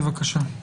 בבקשה.